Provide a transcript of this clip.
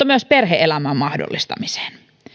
myös perhe elämän mahdollistamiseen